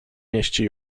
mieście